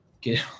get